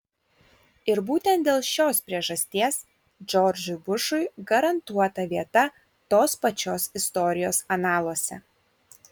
ir būtent dėl šios priežasties džordžui bušui garantuota vieta tos pačios istorijos analuose